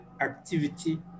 activity